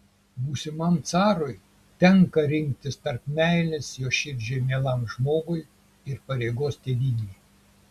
būsimam carui tenka rinktis tarp meilės jo širdžiai mielam žmogui ir pareigos tėvynei